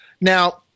Now